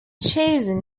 chosen